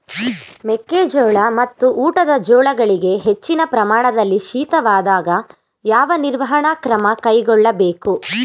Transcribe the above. ಮೆಕ್ಕೆ ಜೋಳ ಮತ್ತು ಊಟದ ಜೋಳಗಳಿಗೆ ಹೆಚ್ಚಿನ ಪ್ರಮಾಣದಲ್ಲಿ ಶೀತವಾದಾಗ, ಯಾವ ನಿರ್ವಹಣಾ ಕ್ರಮ ಕೈಗೊಳ್ಳಬೇಕು?